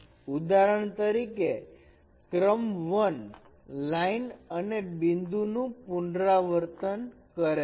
ઉદાહરણ તરીકે ક્રમ 1 લાઇન અને બિંદુ નું પુનરાવર્તન કરે છે